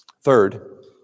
Third